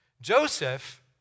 Joseph